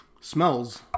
smells